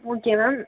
okay ma'am